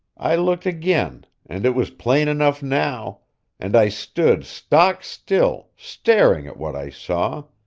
i looked again, and it was plain enough now and i stood stock-still, staring at what i saw.